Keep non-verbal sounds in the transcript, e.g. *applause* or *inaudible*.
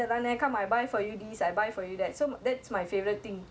*noise* orh scared care carefree lah